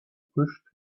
pushed